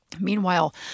Meanwhile